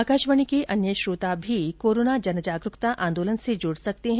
आकाशवाणी के अन्य श्रोता भी कोरोना जनजागरुकता आंदोलन से जुड सकते हैं